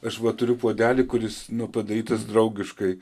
aš va turiu puodelį kuris nu padarytas draugiškai